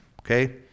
okay